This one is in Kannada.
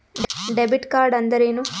ಡೆಬಿಟ್ ಕಾರ್ಡ್ಅಂದರೇನು?